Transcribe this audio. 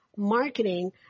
marketing